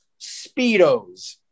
Speedos